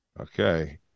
Okay